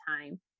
time